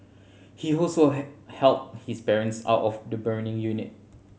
he also helped his parents out of the burning unit